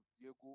Diego